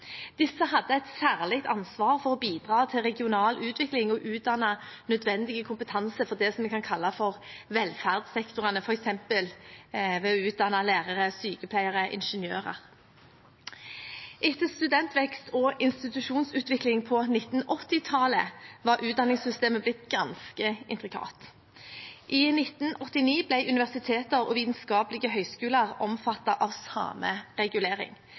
Disse hadde et særlig ansvar for å bidra til regional utvikling og utdanne nødvendig kompetanse for det vi kan kalle velferdssektorene, f.eks. ved å utdanne lærere, sykepleiere og ingeniører. Etter studentvekst og institusjonsutvikling på 1980-tallet var utdanningssystemet blitt ganske intrikat. I 1989 ble universiteter og vitenskapelige høyskoler omfattet av samme regulering.